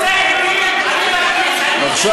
עכשיו,